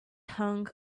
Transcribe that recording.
hung